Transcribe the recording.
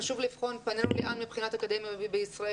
חשוב לבחון פנינו לאן מבחינת אקדמיה בישראל,